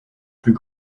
plus